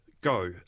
go